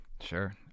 Sure